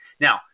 Now